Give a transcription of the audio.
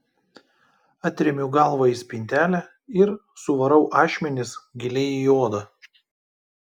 atremiu galvą į spintelę ir suvarau ašmenis giliai į odą